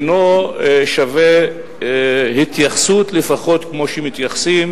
שזה אינו שווה התייחסות לפחות כמו שמתייחסים